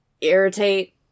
irritate